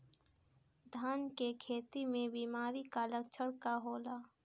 धान के खेती में बिमारी का लक्षण का होला?